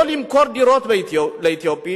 לא למכור דירות לאתיופים.